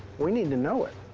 we need to know it.